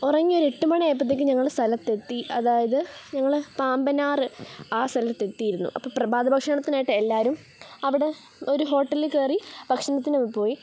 ഉറങ്ങി ഒരു എട്ട് മണി ആയപ്പോഴത്തേക്കും ഞങ്ങൾ സ്ഥലത്തെത്തി അതായത് ഞങ്ങൾ പാമ്പനാർ ആ സ്ഥലത്ത് എത്തിയിരുന്നു അപ്പോൾ പ്രഭാത ഭക്ഷണത്തിനായിട്ട് എല്ലാവരും അവിടെ ഒരു ഹോട്ടലിൽ കയറി ഭക്ഷണത്തിനു പോയി